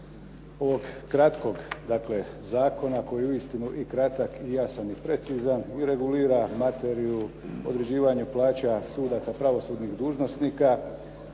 Ovog kratkog zakona, koji je uistinu i kratak, i jasan i precizan i regulira materiju određivanja plaća sudaca, pravosudnih dužnosnika